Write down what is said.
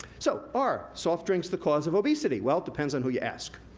so, are soft drinks the cause of obesity? well, depends on who you ask.